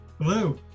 Hello